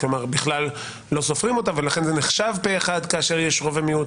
כלומר בכלל לא סופרים אותם ולכן זה נחשב פה אחד כאשר יש רוב ומיעוט.